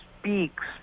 speaks